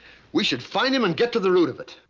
we should find him and get to the root of it.